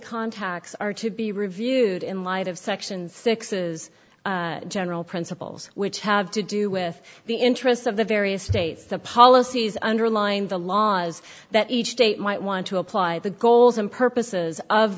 contacts are to be reviewed in light of sections six's general principles which have to do with the interests of the various states the policies underlined the laws that each state might want to apply the goals and purposes of